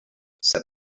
said